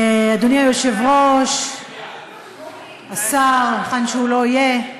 אדוני היושב-ראש, השר, היכן שהוא לא יהיה,